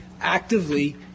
actively